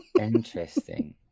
Interesting